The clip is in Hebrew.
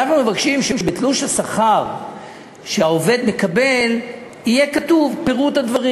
אנחנו מבקשים שבתלוש השכר שהעובד מקבל יהיה כתוב פירוט הדברים.